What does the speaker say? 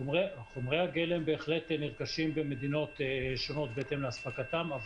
חומרי הגלם בהחלט נרכשים במדינות שונות בהתאם להספקתם.